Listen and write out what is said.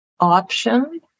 Option